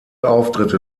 auftritte